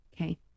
Okay